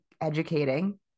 educating